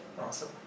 Awesome